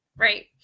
Right